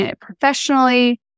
professionally